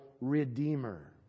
redeemer